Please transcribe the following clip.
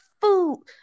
food